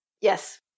Yes